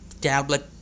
tablet